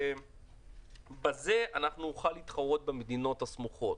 בזה נוכל להתחרות במדינות הסמוכות.